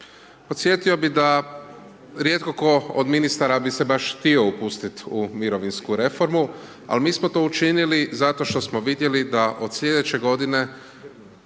Podsjetio bih da rijetko tko od ministara bi se baš htio upustiti u mirovinsku reformu, al mi smo to učinili zato što smo vidjeli da od slijedeće godine